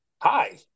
hi